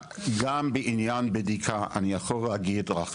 גם בעניין בדיקה אני יכולה להגיד לך